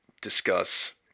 discuss